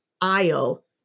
aisle